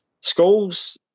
Schools